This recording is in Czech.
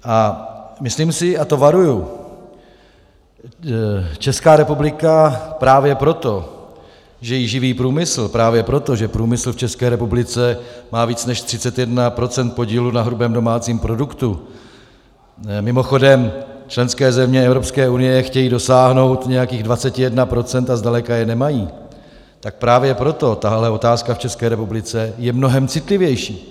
A myslím si a to varuji Česká republika právě proto, že ji živí průmysl, právě proto, že průmysl v České republice má víc než 31 % podílu na hrubém domácím produktu mimochodem členské země Evropské unie chtějí dosáhnout nějakých 21 % a zdaleka je nemají tak právě proto je tahle otázka v České republice mnohem citlivější.